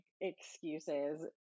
excuses